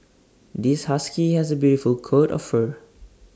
this husky has A beautiful coat of fur